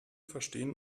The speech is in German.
verstehen